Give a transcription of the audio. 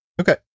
Okay